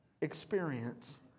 experience